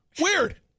Weird